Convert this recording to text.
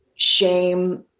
shame